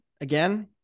again